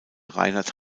reinhard